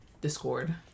discord